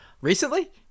Recently